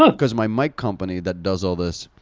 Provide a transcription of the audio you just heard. ah cause my mic company that does all this,